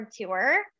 Tour